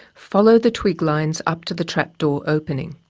follow the twig-lines up to the trapdoor opening.